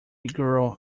girl